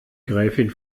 gräfin